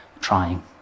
trying